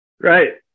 right